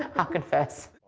i'll confess.